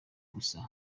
gusa